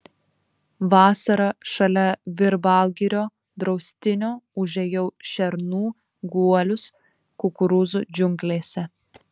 vasarą šalia virbalgirio draustinio užėjau šernų guolius kukurūzų džiunglėse